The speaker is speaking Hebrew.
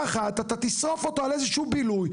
אחת אתה תשרוף אותו על איזה שהוא בילוי,